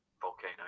volcano